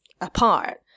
apart